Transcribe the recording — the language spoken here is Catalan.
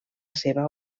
seva